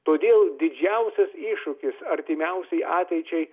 todėl didžiausias iššūkis artimiausiai ateičiai